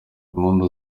impundu